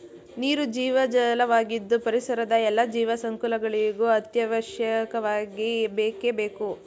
ನೀರು ಜೀವಜಲ ವಾಗಿದ್ದು ಪರಿಸರದ ಎಲ್ಲಾ ಜೀವ ಸಂಕುಲಗಳಿಗೂ ಅತ್ಯವಶ್ಯಕವಾಗಿ ಬೇಕೇ ಬೇಕು